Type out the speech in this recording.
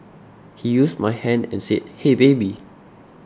he used my hand and said hey baby